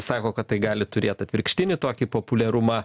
sako kad tai gali turėt atvirkštinį tokį populiarumą